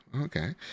Okay